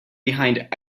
behind